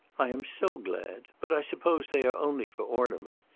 i am so glad. but i suppose they are only for ornament.